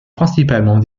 principalement